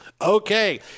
Okay